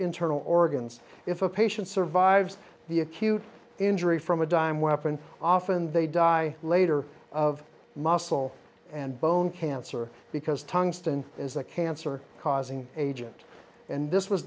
internal organs if a patient survives the acute injury from a dime weapon often they die later of muscle and bone cancer because tungsten is a cancer causing agent and this was